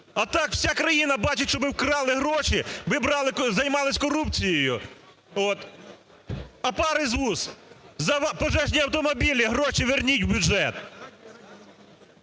А так вся країна бачить, що ви вкрали гроші, ви брали… ви займали корупцією, а пар із вуст. За пожежні автомобілі гроші верніть в бюджет.